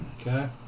Okay